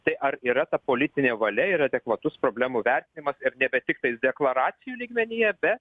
tai ar yra ta politinė valia ir adekvatus problemų vertinimas ir nebetiktais deklaracijų lygmenyje bet